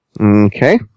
Okay